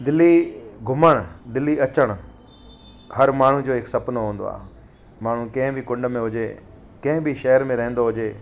दिल्ली घुमण दिल्ली अचनि हर माण्हूअ जो हिकु सपनो हूंदो आ माण्हू कंंहिं बि कुंड में हुजे कंहिं बि शहर में रहंदो हुजे